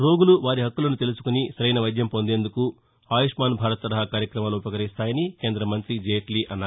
రోగులు వారి హక్కులను తెలుసుకుని సరైన వైద్య ం పొందేందుకు ఆయుష్మాన్ భారత్ తరహా కార్యక్రమాలు ఉపకరిస్తాయని కేంద్ర మంతి జైట్లీ అన్నారు